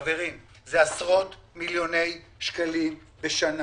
חברים, אלה עשרות מיליוני שקלים בשנה